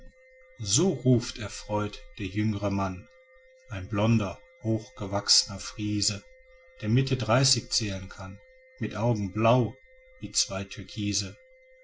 so ruft erfreut der jüngre mann ein blonder hochgewachsner friese der mitte dreißig zählen kann mit augen blau wie zwei türkise